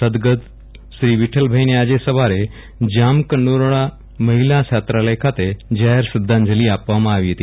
સદ્દગતશ્રી વિક્રલભાઇને આજે સવારે જામકંડોરણા મહિલા છાત્રાલય ખાતે જાહેર શ્રદ્ધાંજલિ આપવામાં આવી હતી